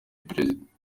perezida